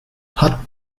hat